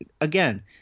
Again